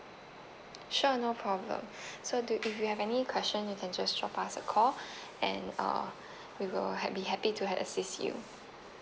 sure no problem so do if you have any question you can just drop us a call and uh we will have ha~ be happy to he~ assist you